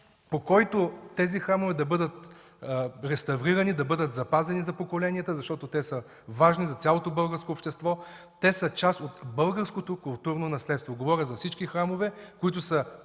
по който храмовете да бъдат реставрирани и запазени за поколенията, защото са важни за цялото българско общество. Те са част от българското културно наследство – говоря за всички храмове, които са